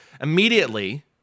Immediately